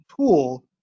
tool